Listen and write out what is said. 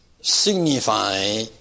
signify